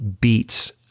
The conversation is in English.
beats